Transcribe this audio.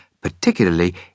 particularly